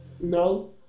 No